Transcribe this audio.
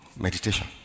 Meditation